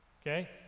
Okay